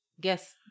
Guess